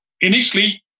initially